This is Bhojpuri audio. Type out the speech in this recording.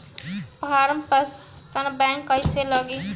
फार्म मशीन बैक कईसे लागी?